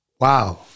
Wow